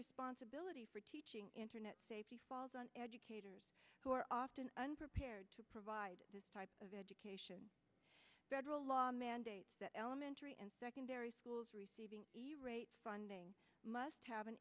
responsibility for teaching internet safety falls on educators who are often unprepared to provide this type of education bedroll law mandates that elementary and secondary schools receive funding must have an